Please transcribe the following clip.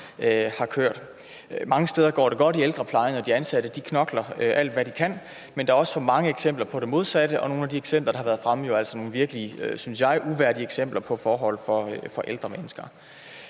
Mange steder går det godt i ældreplejen, og de ansatte knokler, alt hvad de kan. Men der er også for mange eksempler på det modsatte, og nogle af de eksempler, der har været fremme, er jo altså nogle virkelig, synes jeg, uværdige eksempler på forhold for ældre mennesker.